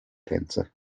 tänze